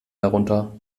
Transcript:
herunter